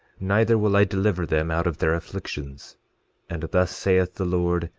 neither will i deliver them out of their afflictions and thus saith the lord,